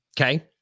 Okay